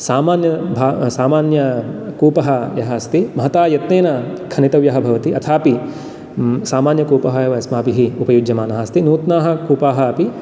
सामान्य सामान्यकूपः यः अस्ति महता यत्नेन खनितव्यः भवति अथापि सामान्य कूपः एव अस्माभिः उपयुज्यमानः अस्ति नूतनाः कूपाः अपि